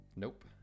Nope